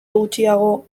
gutxiago